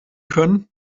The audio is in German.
können